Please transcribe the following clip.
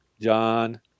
John